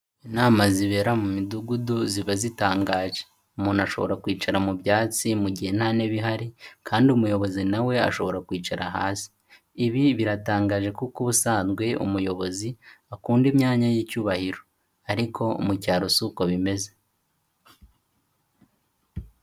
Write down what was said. Inama zibera mu midugudu ziba zitangaje. Umuntu ashobora kwicara mu byatsi mu gihe nta ntebe ihari kandi umuyobozi nawe ashobora kwicara hasi. Ibi biratangaje kuko ubusanzwe umuyobozi akunda imyanya y'icyubahiro ariko mu cyaro si uko bimeze.